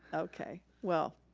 okay, well.